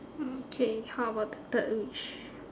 okay how about the third wish